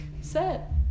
set